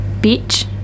Beach